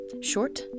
Short